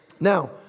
Now